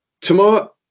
tomorrow